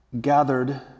gathered